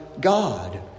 God